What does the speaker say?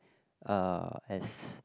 uh as